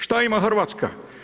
Šta ima Hrvatska?